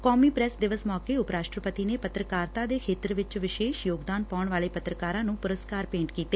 ਕੌਮੀ ਪ੍ਰੈਸ ਦਿਵਸ ਮੌਕੇ ਉਪ ਰਾਸਟਰਪਤੀ ਨੇ ਪੱਤਰਕਾਰਤਾ ਦੇ ਖੇਤਰ ਚ ਵਿਸ਼ੇਸ਼ ਯੋਗਦਾਨ ਪਾਉਣ ਵਾਲੇ ਪੱਤਰਕਾਰਾਂ ਨੂੰ ਪੁਰਸਕਾਰ ਭੇਂਟ ਕੀਤੇ